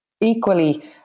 equally